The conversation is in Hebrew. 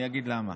ואני אגיד למה.